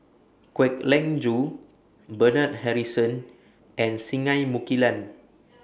Kwek Leng Joo Bernard Harrison and Singai Mukilan